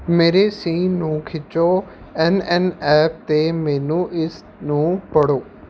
ਮੇਰੇ ਸੀ ਨੂੰ ਖਿੱਚੋ ਐੱਨ ਐੱਨ ਐਪ 'ਤੇ ਮੈਨੂੰ ਇਸ ਨੂੰ ਪੜ੍ਹੋ